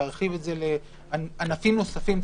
להרחיב את זה לענפים נוספים,